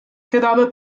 quedava